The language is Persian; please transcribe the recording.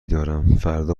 دارم، فردا